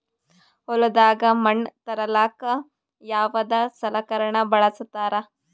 ಹೊಲದಾಗ ಮಣ್ ತರಲಾಕ ಯಾವದ ಸಲಕರಣ ಬಳಸತಾರ?